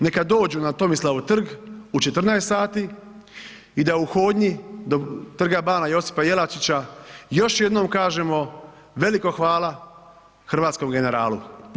Neka dođu na Tomislavov trg u 14 sati i da u hodnji do Trg bana Josipa Jelačića još jednom kažemo veliko hvala hrvatskom generalu.